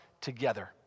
together